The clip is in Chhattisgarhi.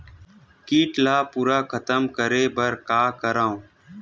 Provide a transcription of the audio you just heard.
कीट ला पूरा खतम करे बर का करवं?